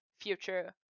Future